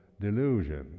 delusion